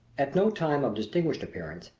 at no time of distinguished appearance,